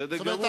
זאת אומרת,